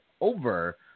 over